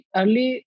early